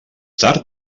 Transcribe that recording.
tard